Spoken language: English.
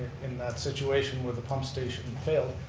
in that situation where the pump station failed,